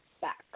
back